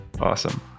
Awesome